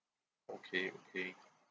okay okay